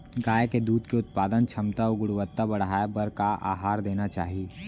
गाय के दूध के उत्पादन क्षमता अऊ गुणवत्ता बढ़ाये बर का आहार देना चाही?